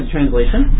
translation